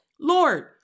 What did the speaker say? Lord